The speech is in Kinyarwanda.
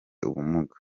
ubumuga